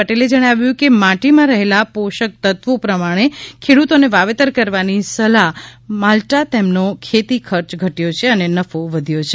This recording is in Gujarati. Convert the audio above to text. પટેલે જણાવ્યુ છે કે માટીમાં રહેલા પોષકતત્વો પ્રમાણે ખેડૂતોને વાવેતર કરવાની સલાહ માલ્ટા તેમનો ખેતી ખર્ચ ઘટ્યો છે અને નફો વધ્યો છે